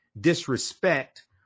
disrespect